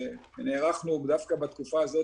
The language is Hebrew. נערכנו דווקא בתקופה הזאת,